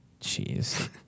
Jeez